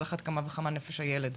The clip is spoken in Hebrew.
על אחת כמה וכמה בנפש הילד.